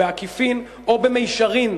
או בעקיפין או במישרין,